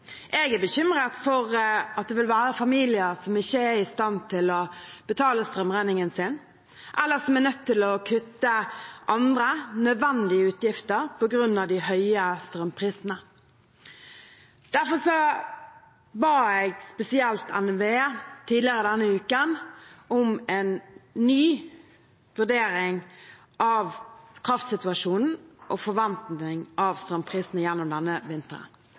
i stand til å betale strømregningen sin, eller som er nødt til å kutte andre nødvendige utgifter på grunn av de høye strømprisene. Derfor ba jeg NVE tidligere denne uken spesielt om en ny vurdering av kraftsituasjonen og forventet strømpris gjennom denne vinteren. Budskapet fra NVE var at situasjonen med høye priser kommer til å vare gjennom